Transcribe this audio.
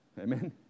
Amen